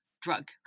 drug